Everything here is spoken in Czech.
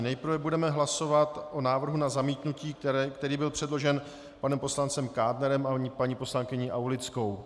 Nejprve budeme hlasovat o návrhu na zamítnutí, který byl předložen panem poslancem Kádnerem a paní poslankyní Aulickou.